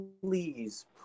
please